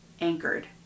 anchored